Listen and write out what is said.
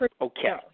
Okay